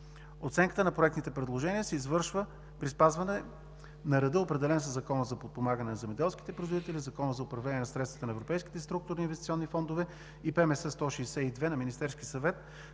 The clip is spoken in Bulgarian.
Оценката на проектните предложения се извършва при спазване на реда, определен със Закона за подпомагане на земеделските производители, Закона за управление на средствата на европейските структурни инвестиционни фондове и ПМС № 162 на Министерския съвет